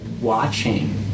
watching